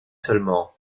seulement